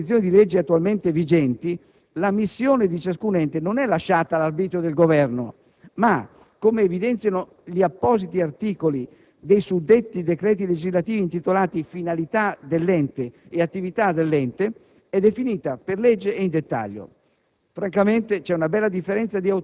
Val la pena di rilevare che nelle disposizioni di legge attualmente vigenti la "missione" di ciascun ente non è lasciata all'arbitrio del Governo ma, come evidenziano gli appositi articoli dei suddetti decreti legislativi intitolati "Finalità dell'Ente" e "Attività dell'Ente", è definita per legge e in dettaglio.